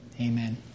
amen